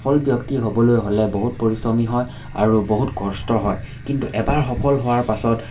সফল ব্যক্তি হ'বলৈ হ'লে বহুত পৰিশ্ৰমী হয় আৰু বহুত কষ্ট হয় কিন্তু এবাৰ সফল হোৱাৰ পাছত